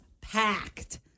packed